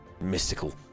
mystical